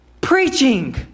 preaching